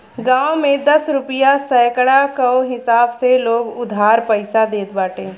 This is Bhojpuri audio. गांव में दस रुपिया सैकड़ा कअ हिसाब से लोग उधार पईसा देत बाटे